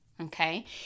okay